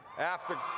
after